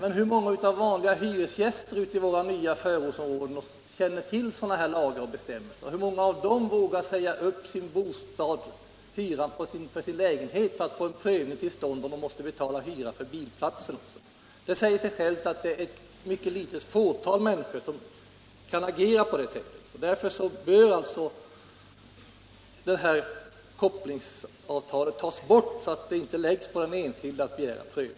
Men hur många vanliga hyresgäster i våra nya förorter känner till dessa lagar och bestämmelser, och hur många vågar säga upp hyresavtalet beträffande sin lägenhet för att få till stånd en prövning när det gäller parkeringsplatsen? Det säger sig självt att bara ett mycket litet antal människor kan agera på det sättet. Därför bör kopplingsavtalet tas bort, så att det inte åligger den enskilde att begära prövning.